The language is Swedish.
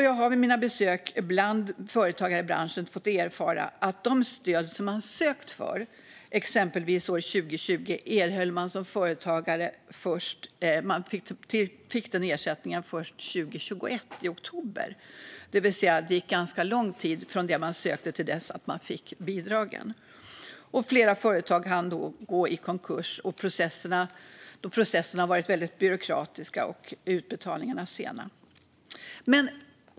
Jag har vid mina besök bland företagare i branschen fått erfara att de stöd man som företagare sökte 2020 erhölls först i oktober 2021, det vill säga det gick ganska lång tid från det att man sökte till dess att man fick bidragen. Flera företag hann gå i konkurs då processerna varit byråkratiska och utbetalningarna sena.